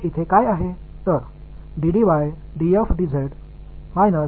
இதனுடன் தொடர்புடையது இங்கே நான் எழுதுவேன்